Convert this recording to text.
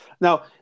Now